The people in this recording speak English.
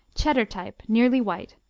cheddar type nearly white.